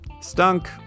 stunk